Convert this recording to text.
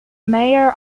mayor